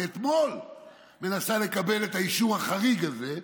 מאתמול מנסה לקבל את האישור החריג הזה?